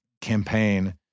campaign